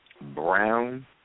brown